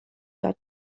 داد